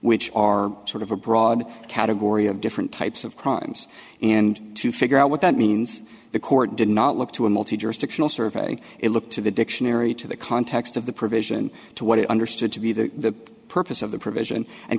which are sort of a broad category of different types of crimes and to figure out what that means the court did not look to a multi jurisdictional survey it looked to the dictionary to the context of the provision to what it understood to be the purpose of the provision and